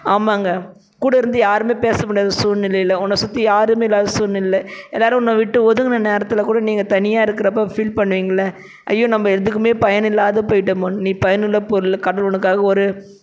ஆமாங்க கூட இருந்து யாருமே பேச முடியாத சூழ்நிலையில உன்னை சுற்றி யாருமே இல்லாத சூழ்நிலைல எல்லாேரும் உன்னை விட்டு ஒதுங்கின நேரத்தில் கூட நீங்கள் தனியாக இருக்கிறப்ப ஃபீல் பண்ணுவீங்கள்லே ஐயோ நம்ம எதுக்குமே பயன் இல்லாத போய்விட்டமோனு நீ பயனுள்ள பொருள் கடவுள் உனக்காக ஒரு